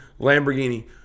Lamborghini